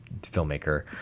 filmmaker